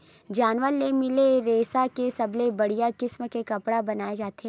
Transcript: जानवर ले मिले रेसा के सबले बड़िया किसम के कपड़ा बनाए जाथे